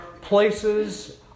places